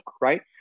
right